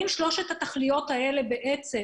השאלה הגדולה היא האם שלוש התכליות האלה הן בעצם